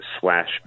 slash